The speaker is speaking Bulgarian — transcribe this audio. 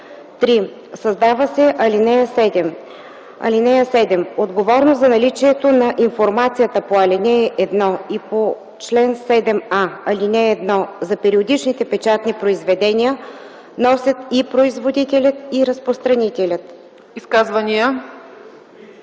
3. Създава се ал. 7: „(7) Отговорност за наличието на информацията по ал. 1 и по чл. 7а, ал. 1 за периодичните печатни произведения носят и производителят и разпространителят.”